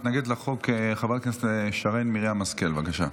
מתנגדת לחוק, חברת הכנסת שרן מרים השכל, בבקשה.